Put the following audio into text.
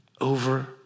over